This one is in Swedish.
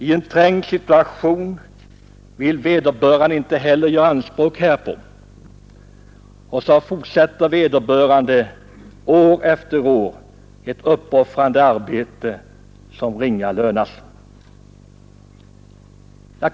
I en trängd situation vill vederbörande inte heller göra anspråk härpå; och så fortsätter hon år efter år ett uppoffrande arbete som lönas mycket ringa.